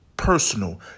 personal